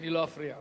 אני לא אפריע לך.